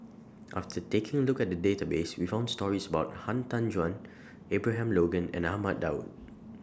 after taking A Look At The Database We found stories about Han Tan Juan Abraham Logan and Ahmad Daud